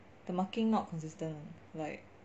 the marking not consistent like